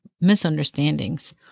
misunderstandings